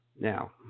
Now